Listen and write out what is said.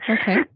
Okay